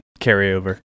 carryover